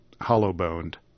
hollow-boned